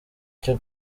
cyo